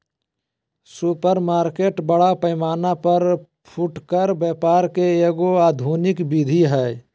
supermarket बड़ा पैमाना पर फुटकर व्यापार के एगो आधुनिक विधि हइ